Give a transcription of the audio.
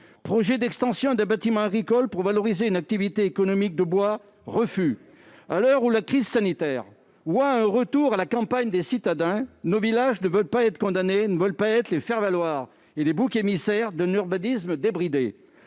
Projet d'extension d'un bâtiment agricole pour valoriser une activité économique de bois : refus ! À l'heure où la crise sanitaire entraîne un retour à la campagne des citadins, nos villages ne veulent pas être condamnés. Ils ne veulent pas être les faire-valoir et les boucs émissaires d'un urbanisme débridé.